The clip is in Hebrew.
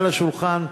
על השולחן,